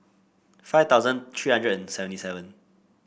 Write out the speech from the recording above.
five thousand three hundred and seventy seven